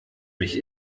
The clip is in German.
mich